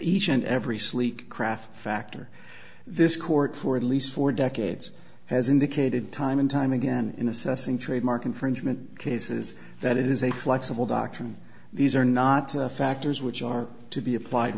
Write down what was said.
each and every sleek craft factor this court for at least four decades has indicated time and time again in assessing trademark infringement cases that it is a flexible doctrine these are not factors which are to be applied